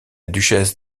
duchesse